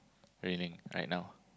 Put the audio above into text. raining right now